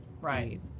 Right